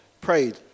prayed